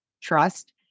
trust